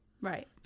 Right